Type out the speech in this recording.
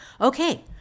Okay